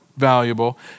valuable